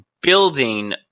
building